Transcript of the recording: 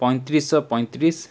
ପଇଁତିରିଶ ପଇଁତିରିଶ